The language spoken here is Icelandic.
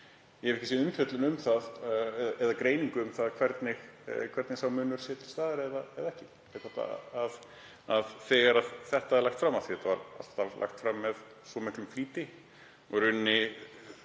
ég hef ekki séð umfjöllun um það eða greiningu á því hvort sá munur er til staðar eða ekki þegar þetta er lagt fram. Það er alltaf lagt fram í svo miklum flýti, og í rauninni